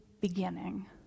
beginning